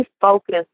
focus